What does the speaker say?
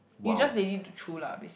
you just lazy to chew lah basic~